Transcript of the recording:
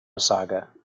saga